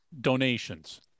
donations